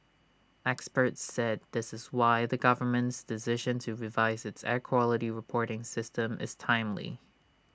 experts said this is why the government's decision to revise its air quality reporting system is timely